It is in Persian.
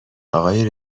آقای